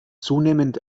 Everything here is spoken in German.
zunehmend